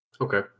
Okay